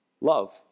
love